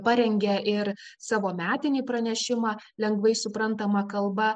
parengė ir savo metinį pranešimą lengvai suprantama kalba